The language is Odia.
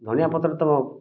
ଧନିଆପତ୍ରତ